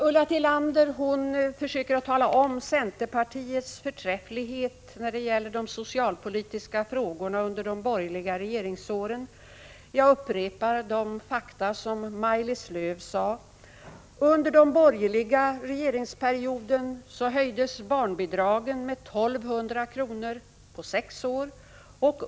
Ulla Tillander försöker tala om centerpartiets förträfflighet när det gäller de socialpolitiska frågorna under de borgerliga regeringsåren. Jag upprepar de fakta som Maj-Lis Lööw redovisade: Under den borgerliga regeringsperioden höjdes barnbidraget med 1 200 kr. på sex år.